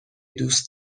دوست